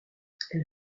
elle